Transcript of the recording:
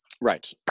Right